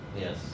Yes